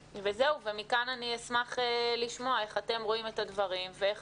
מכאן אני אשמח לשמוע איך אתם רואים את הדברים ואיך